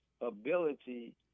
ability